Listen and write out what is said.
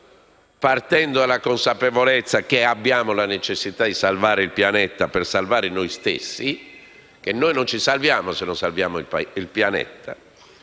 partendo dalla consapevolezza che abbiamo la necessità di salvare il pianeta per salvare noi stessi, perché noi non ci salviamo se non salviamo il pianeta;